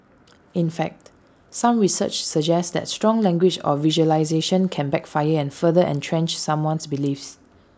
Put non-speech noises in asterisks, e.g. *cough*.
*noise* in fact some research suggests that strong language or visualisations can backfire and further entrench someone's beliefs